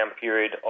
period